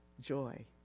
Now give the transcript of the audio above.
joy